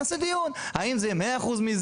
עכשיו רגע, נעשה דיון, האם זה יהיה 100% מזה?